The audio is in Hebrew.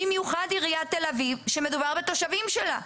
במיוחד עיריית תל אביב, שמדובר בתושבים שלה.